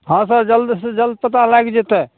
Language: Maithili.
हँ सर जल्द से जल्द पता लागि जेतै